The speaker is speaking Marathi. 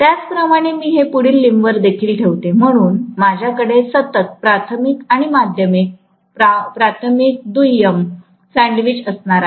त्याच प्रमाणे मी हे पुढील लिंबवर देखील ठेवते म्हणून माझ्याकडे सतत प्राथमिक आणि माध्यमिक प्राथमिक दुय्यम सँडविच असणार आहे